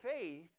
faith